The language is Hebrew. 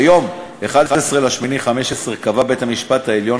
ביום 11 באוגוסט 2015 קבע בית-המשפט העליון